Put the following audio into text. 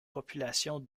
population